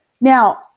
Now